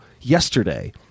yesterday